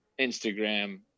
Instagram